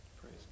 praise